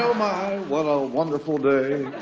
my what a wonderful day